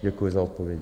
Děkuji za odpovědi.